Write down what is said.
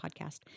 podcast